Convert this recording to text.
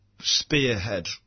spearhead